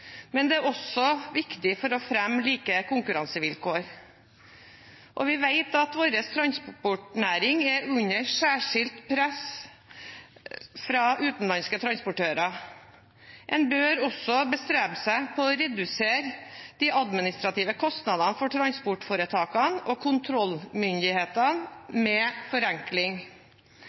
Men det er også viktig for å fremme like konkurransevilkår. Vi vet at vår transportnæring er under et særskilt press fra utenlandske transportører. En bør også bestrebe seg på å redusere de administrative kostnadene for transportforetakene og kontrollmyndighetene med forenkling.